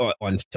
on